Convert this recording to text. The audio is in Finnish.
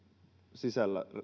sisällä